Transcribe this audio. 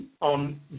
on